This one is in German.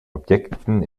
objekten